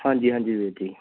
ਹਾਂਜੀ ਹਾਂਜੀ ਵੀਰ ਜੀ